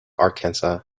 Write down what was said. arkansas